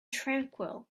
tranquil